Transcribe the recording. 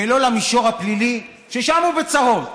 ולא למישור הפלילי, ששם הוא בצרות.